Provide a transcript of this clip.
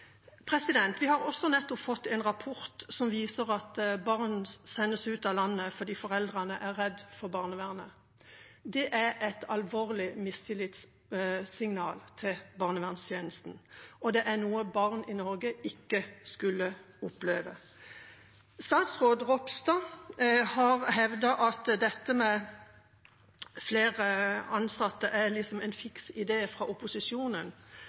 Vi har også nettopp fått en rapport som viser at barn sendes ut av landet fordi foreldrene er redde for barnevernet. Det er et alvorlig mistillitssignal til barnevernstjenesten, og det er noe barn i Norge ikke skulle oppleve. Statsråd Ropstad har hevdet at det med flere ansatte er en fiks idé fra opposisjonen.